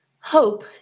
Hope